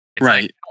Right